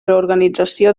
reorganització